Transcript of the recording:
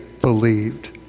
believed